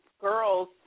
girls